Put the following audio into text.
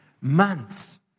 months